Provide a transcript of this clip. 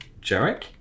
Jarek